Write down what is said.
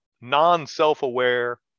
non-self-aware